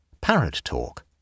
parrot-talk